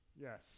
Yes